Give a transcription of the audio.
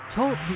Talk